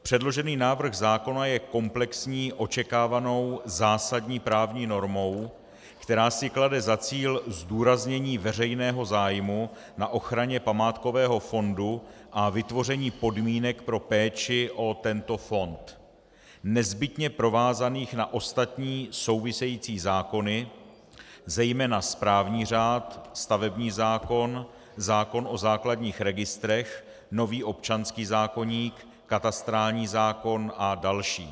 Předložený návrh zákona je komplexní očekávanou zásadní právní normou, která si klade za cíl zdůraznění veřejného zájmu na ochraně památkového fondu a vytvoření podmínek pro péči o tento fond nezbytně provázaných na ostatní související zákony, zejména správní řád, stavební zákon, zákon o základních registrech, nový občanský zákoník, katastrální zákon a další.